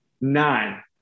nine